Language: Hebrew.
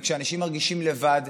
וכשאנשים מרגישים לבד,